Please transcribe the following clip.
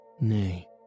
Nay